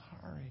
sorry